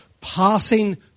passing